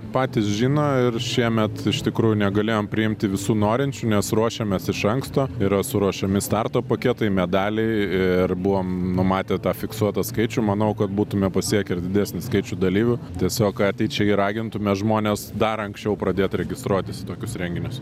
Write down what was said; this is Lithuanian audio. patys žino ir šiemet iš tikrųjų negalėjom priimti visų norinčių nes ruošėmės iš anksto yra suruošiami starto paketai medaliai ir buvom numatę tą fiksuotą skaičių manau kad būtume pasiekę ir didesnį skaičių dalyvių tiesiog ateičiai ragintume žmones dar anksčiau pradėt registruotis į tokius renginius